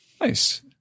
Nice